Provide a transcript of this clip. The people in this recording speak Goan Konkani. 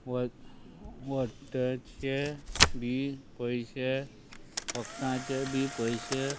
व वक बी पयशे वखदांचे बी पयशे